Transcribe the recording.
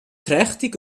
trächtig